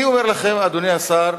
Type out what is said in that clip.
אני אומר לכם, אדוני השר,